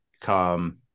come